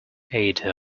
ada